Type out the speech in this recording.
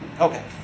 Okay